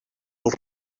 els